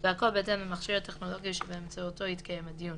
והכול בהתאם למכשיר הטכנולוגי שבאמצעותו יתקיים הדיון,